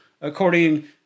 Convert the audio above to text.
according